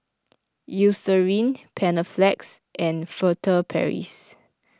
Eucerin Panaflex and Furtere Paris